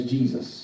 Jesus